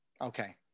Okay